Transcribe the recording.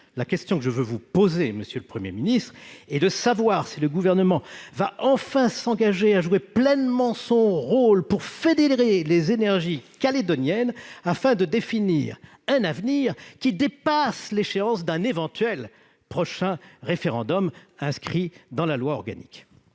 La question que je veux vous poser, monsieur le Premier ministre, est la suivante : le Gouvernement va-t-il enfin s'engager à jouer pleinement son rôle pour fédérer les énergies calédoniennes, afin de définir un avenir qui dépasse l'échéance d'un éventuel prochain référendum inscrit dans la loi organique